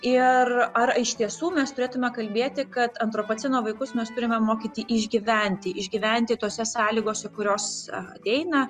ir ar iš tiesų mes turėtume kalbėti kad antropoceno vaikus mes turime mokyti išgyventi išgyventi tose sąlygose kurios ateina